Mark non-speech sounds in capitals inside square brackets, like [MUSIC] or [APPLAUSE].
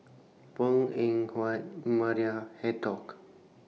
Png Eng Huat Maria [UNINTELLIGIBLE]